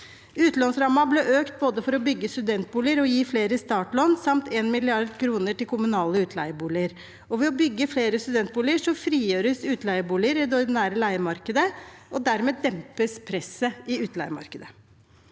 Utlånsrammen ble økt både for å bygge studentboliger og for å gi flere startlån, og det ble bevilget 1 mrd. kr til kommunale utleieboliger. Ved å bygge flere studentboliger frigjøres utleieboliger i det ordinære leiemarkedet, og dermed dempes presset i utleiemarkedet.